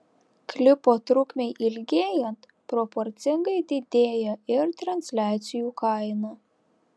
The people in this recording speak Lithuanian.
klipo trukmei ilgėjant proporcingai didėja ir transliacijų kaina